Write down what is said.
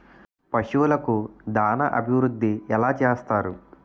పశువులకు దాన అభివృద్ధి ఎలా చేస్తారు?